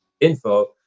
info